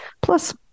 Plus